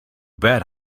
bet